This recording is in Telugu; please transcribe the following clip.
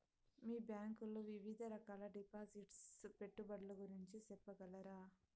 మీ బ్యాంకు లో వివిధ రకాల డిపాసిట్స్, పెట్టుబడుల గురించి సెప్పగలరా?